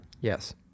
Yes